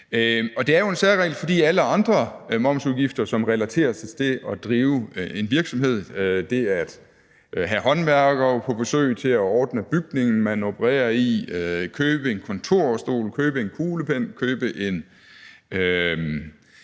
og det er jo en særregel, fordi man med hensyn til alle andre momsudgifter, som relaterer sig til det at drive en virksomhed – det at have håndværkere på besøg til at ordne bygningen, man opererer i, købe en kontorstol, købe en kuglepen, købe en